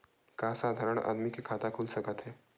का साधारण आदमी के खाता खुल सकत हे?